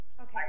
Okay